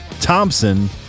Thompson